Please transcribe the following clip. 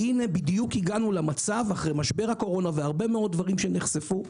והנה בדיוק הגענו למצב אחרי משבר הקורונה והרבה מאוד דברים שנחשפו,